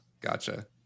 Gotcha